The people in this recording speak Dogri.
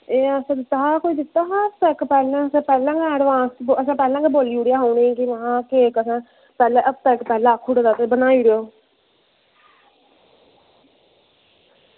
ते एह् असें दित्ता हा असें दित्ता हा हफ्ता इक्क पैह्लें पैह्लें गै एडवांस ते असें पैह्लें गै बोल्ली ओड़ेआ हा कि केक हफ्ता इक्क पैह्लें आक्खी ओड़ेआ बनाई ओड़ेओ